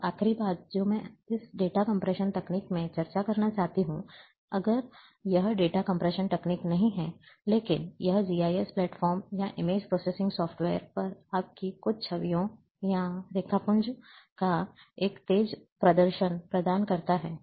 अब आखिरी बात जो मैं इस डेटा कम्प्रेशन तकनीकों में चर्चा करना चाहता हूँ अगर यह डेटा कम्प्रेशन तकनीक नहीं है लेकिन यह जीआईएस प्लेटफ़ॉर्म या इमेज प्रोसेसिंग सॉफ्टवेयर पर आपकी कुछ छवियों या रेखापुंज का एक तेज़ प्रदर्शन प्रदान करता है